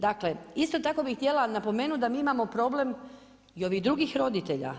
Dakle, isto tako bi htjela napomenuti, da mi imamo problem i ovih drugih roditelja.